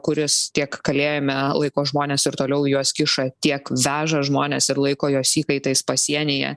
kuris tiek kalėjime laiko žmones ir toliau juos kiša tiek veža žmones ir laiko juos įkaitais pasienyje